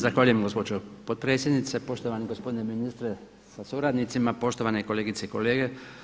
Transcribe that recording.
Zahvaljujem gospođo potpredsjednice, poštovani gospodine ministre sa suradnicima, poštovane kolegice i kolege.